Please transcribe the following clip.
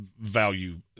value